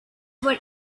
were